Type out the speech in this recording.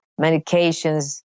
medications